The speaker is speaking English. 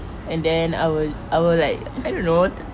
and then I will I will like I don't know